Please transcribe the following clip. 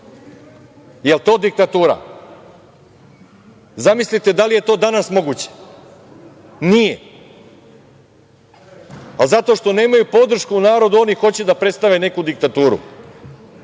Jel to diktatura? Zamislite da li je to danas moguće? Nije, a zato što nemaju podršku u narodu oni hoće da predstave neku diktaturu.